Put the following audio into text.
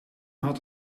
had